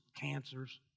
cancers